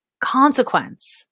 consequence